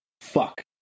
fuck